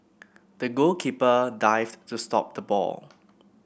the goalkeeper dived to stop the ball